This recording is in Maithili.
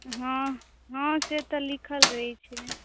हँ हँ से तऽ लिखल रहै छै